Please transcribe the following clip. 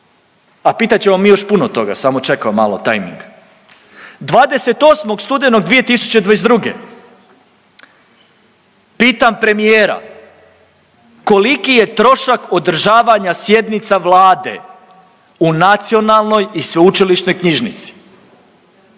a pitat ćemo mi još puno toga samo čekamo malo tajming. 28. studenog 2022. pitam premijera koliki je trošak održavanja sjednica Vlade u Nacionalnoj i sveučilišnoj knjižnici,